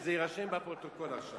ושזה יירשם בפרוטוקול עכשיו.